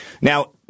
Now